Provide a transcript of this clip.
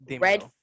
red